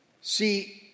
See